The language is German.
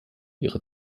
ihre